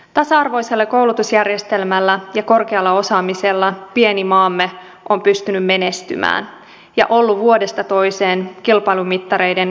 tasa arvoisella koulutusjärjestelmällä ja korkealla osaamisella pieni maamme on pystynyt menestymään ja ollut vuodesta toiseen kilpailumittareiden kärkikastissa